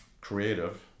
creative